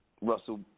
Russell